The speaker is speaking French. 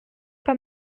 pas